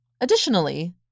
Additionally